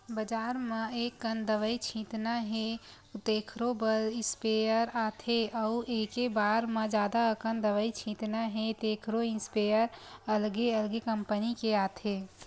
बजार म एककन दवई छितना हे तेखरो बर स्पेयर आथे अउ एके बार म जादा अकन दवई छितना हे तेखरो इस्पेयर अलगे अलगे कंपनी के आथे